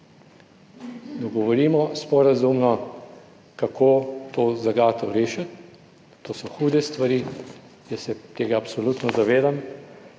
dogovorimo sporazumno, kako to zagato rešiti. To so hude stvari. Jaz se tega absolutno zavedam